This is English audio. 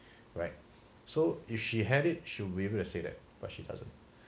right so if she had it should she will be able to say that but she doesn't